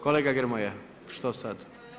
Kolega Grmoja što sad?